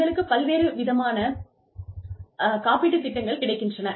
உங்களுக்கு பல்வேறு விதமான காப்பீட்டுத் திட்டங்கள் கிடைக்கின்றன